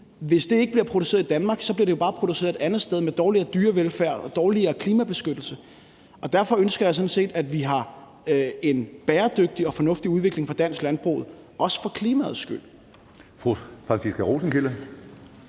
Hvis det ikke bliver produceret i Danmark, bliver det jo bare produceret et andet sted med dårligere dyrevelfærd og dårligere klimabeskyttelse. Derfor ønsker jeg sådan set, at vi har en bæredygtig og fornuftig udvikling af dansk landbrug, også for klimaets skyld.